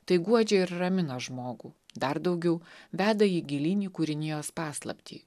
tai guodžia ir ramina žmogų dar daugiau veda jį gilyn į kūrinijos paslaptį